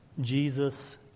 Jesus